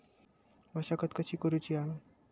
मशागत कशी करूची हा?